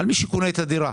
על מי שקונה את הדירה.